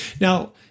Now